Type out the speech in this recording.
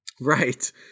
Right